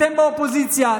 אתם באופוזיציה.